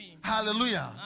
hallelujah